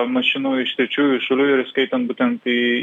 mašinų iš trečiųjų šalių ir įskaitant būtent į